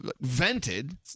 vented